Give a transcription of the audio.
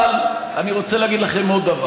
אבל אני רוצה להגיד לכם עוד דבר.